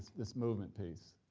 this movement piece.